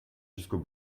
jusqu’au